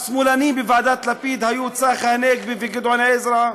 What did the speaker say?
השמאלנים בוועדת לפיד היו צחי הנגבי וגדעון עזרא,